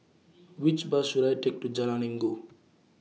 Which Bus should I Take to Jalan Inggu